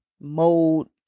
mode